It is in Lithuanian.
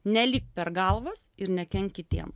nelipk per galvas ir nekenk kitiem